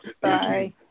Bye